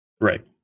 Right